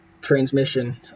transmission